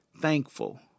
Thankful